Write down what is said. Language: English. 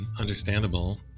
understandable